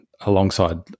alongside